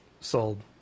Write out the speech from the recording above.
sold